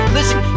Listen